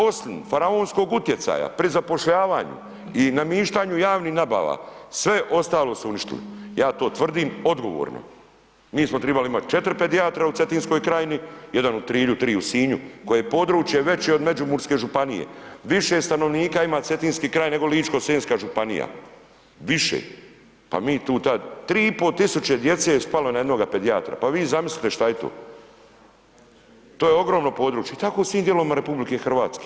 Osim faraonskog utjecaja pri zapošljavanju i namištanju javnih nabava sve ostalo su uništili, ja to tvrdim odgovorno, mi smo tribali imati 4 pedijatra u Cetinskoj krajini, jedan u Trilju, tri u Sinju koje je područje veće od Međimurske županije, više stanovnika ima Cetinski kraj, nego Ličko-senjska županija, više, pa mi tu ta, 3500 djece je spalo na jednoga pedijatra, pa vi zamislite šta je to, to je ogromno područje i tako u svim dijelovima RH.